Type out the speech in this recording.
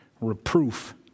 Reproof